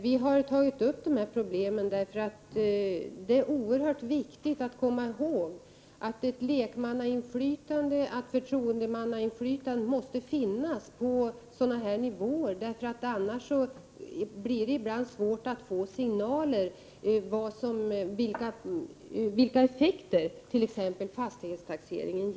Vi har tagit upp de här problemen, eftersom det är oerhört viktigt att komma ihåg att förtroendemannainflytandet måste finnas på sådana här nivåer. Annars blir det ibland svårt att få veta t.ex. vilka effekter det blir av fastighetstaxeringen.